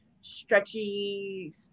stretchy